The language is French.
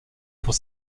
pour